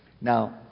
Now